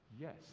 Yes